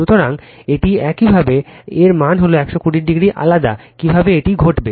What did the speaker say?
সুতরাং এটি একইভাবে এর মানে হল এটি 120o আলাদা কিভাবে এটি ঘটবে